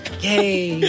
Yay